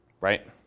right